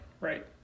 right